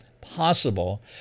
possible